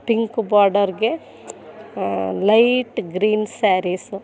pink ಬಾರ್ಡರ್ಗೆ light green saris